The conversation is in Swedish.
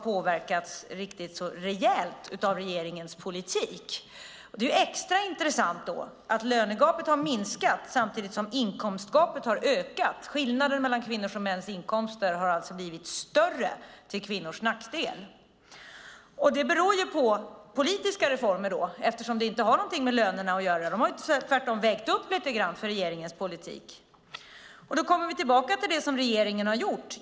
Det är extra intressant att lönegapet har minskat samtidigt som inkomstgapet har ökat. Skillnaderna mellan kvinnors och mäns inkomster har alltså blivit större, till kvinnors nackdel. Detta beror på politiska reformer eftersom det inte har något med lönerna att göra. De har ju tvärtom vägt upp lite grann för regeringens politik. Då kommer vi tillbaka till det som regeringen har gjort.